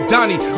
Donnie